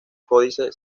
códice